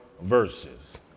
verses